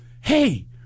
hey